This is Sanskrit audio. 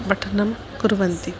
पठनं कुर्वन्ति